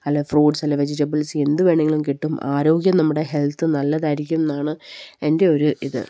അല്ലെങ്കില് ഫ്രൂട്ട്സ് അല്ലെങ്കില് വെജിറ്റബിൾസ് എന്തുവേണമെങ്കിലും കിട്ടും ആരോഗ്യം നമ്മുടെ ഹെൽത്ത് നല്ലതായിരിക്കുമെന്നാണ് എൻ്റെയൊരു ഇത്